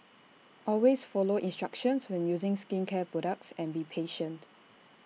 always follow instructions when using skincare products and be patient